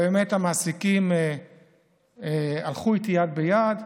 באמת המעסיקים הלכו איתי יד ביד,